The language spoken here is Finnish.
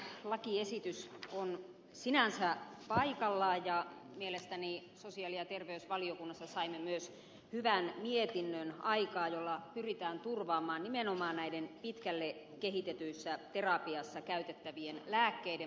tämä lakiesitys on sinänsä paikallaan ja mielestäni sosiaali ja terveysvaliokunnassa saimme myös hyvän mietinnön aikaan jolla pyritään turvaamaan nimenomaan näiden pitkälle kehitetyissä terapioissa käytettävien lääkkeiden mahdollistaminen